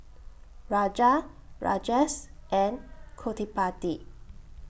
Raja Rajesh and Gottipati